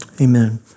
amen